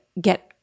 get